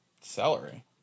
celery